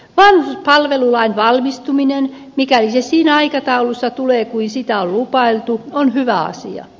vanhuspalvelulain valmistuminen mikäli se siinä aikataulussa tulee kuin sitä on lupailtu on hyvä asia